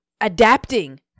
adapting